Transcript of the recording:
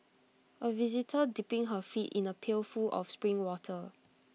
A visitor dipping her feet in A pail full of spring water